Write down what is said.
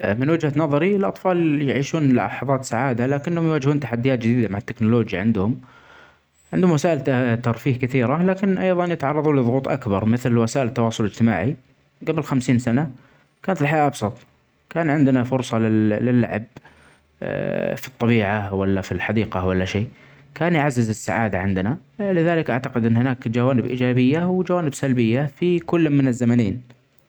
ا من وجهة نظري الاطفال يعيشون لحظات سعاده لكنهم يواجههون تحديا جديده من التكنولوجيا عندهم. عندهم وسائل ترفيه كثيره لكن ايضا يتعرضون لظروف اكبر مثل وسائل التواصل الاجتماعي. قبل خمسين سنه كانت الحياه ابسط كان عندنا فرصه لل_ للعب في الطبيعه ولا في الحديقه ولا شئ كان يعزز السعاده عندنا لذلك اعتقد ان هناك جوانب ايجابيه وجوانب سلبيه في كلا من الزمنين.